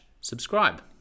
subscribe